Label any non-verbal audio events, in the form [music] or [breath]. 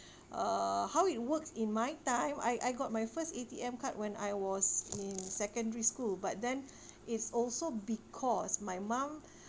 [breath] uh how it works in my time I I got my first A_T_M card when I was in secondary school but then [breath] it's also because my mum [breath]